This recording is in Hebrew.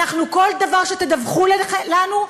כל דבר שתדווחו לנו,